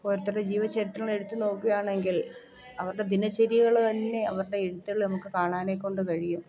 ഒരോരുത്തരുടെ ജീവചരിത്രം എടുത്ത് നോക്കുകയാണെങ്കിൽ അവരുടെ ദിനചര്യകൾ തന്നെ അവരുടെ എഴുത്തുകളിൽ നമുക്ക് കാണാനേകൊണ്ട് കഴിയും